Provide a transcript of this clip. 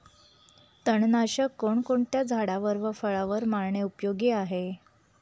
तणनाशक कोणकोणत्या झाडावर व फळावर मारणे उपयोगी आहे?